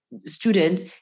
students